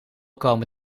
komen